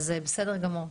בסדר גמור,